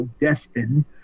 Destin